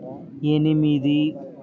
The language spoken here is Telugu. ఎనిమిది